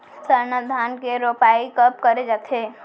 सरना धान के रोपाई कब करे जाथे?